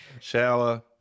Shower